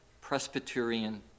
Presbyterian